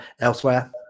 elsewhere